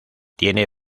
tiene